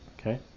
okay